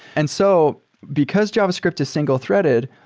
and so because javascript is single-threaded,